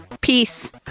Peace